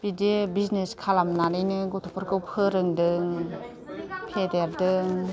बिदि बिजनेस खालामनानैनो गथ'फोरखौ फोरोंदों फेदेरदों